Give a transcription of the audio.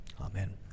Amen